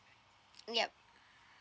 yup